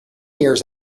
years